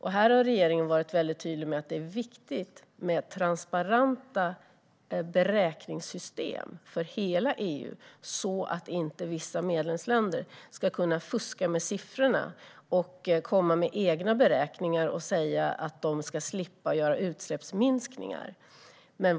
Här har regeringen varit väldigt tydlig med att det är viktigt med transparenta beräkningssystem för hela EU så att inte vissa medlemsländer ska kunna fuska med siffrorna och komma med egna beräkningar och säga att de ska slippa göra utsläppsminskningar.